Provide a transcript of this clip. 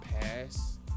pass